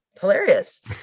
hilarious